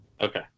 Okay